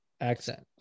accent